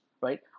right